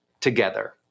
together